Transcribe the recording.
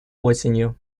осенью